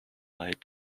light